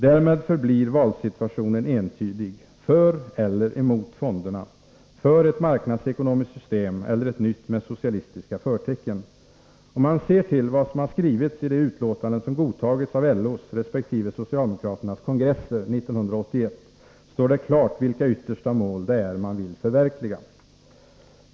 Därmed förblir valsituationen entydig: för eller emot fonderna! För ett marknadsekonomiskt system eller ett nytt med socialistiska förtecken. Om man ser till vad som skrivits i de utlåtanden som godtagits av LO:s, resp. socialdemokraternas, kongresser 1981, står det klart vilka yttersta mål det är man vill förverkliga.